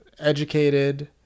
educated